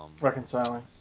reconciling